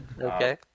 Okay